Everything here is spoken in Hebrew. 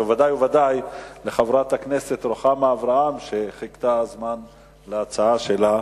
וודאי לחברת הכנסת רוחמה אברהם שחיכתה להצעה שלה.